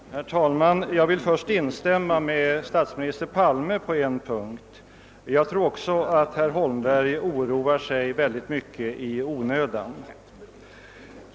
Herr talman! Först vill jag på en punkt instämma med statsminister Palme: Jag tror också att herr Holmberg oroar sig alldeles i onödan.